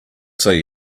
say